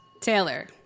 Taylor